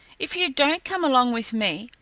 if you don't come along with me,